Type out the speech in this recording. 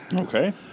Okay